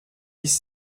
dix